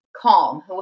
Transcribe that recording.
Calm